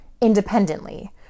independently